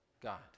God